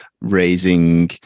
raising